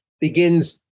begins